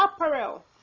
apparel